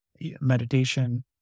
meditation